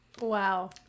Wow